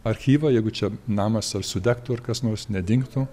archyvą jeigu čia namas ar sudegtų ar kas nors nedingtų